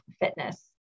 fitness